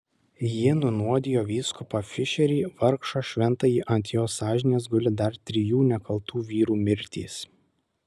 ji nunuodijo vyskupą fišerį vargšą šventąjį ant jos sąžinės guli dar trijų nekaltų vyrų mirtys